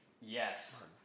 Yes